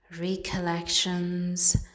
recollections